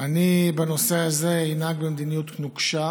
אני לא רואה שיש לנו יותר מדי ברירה אלא לעשות הפסקה,